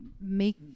make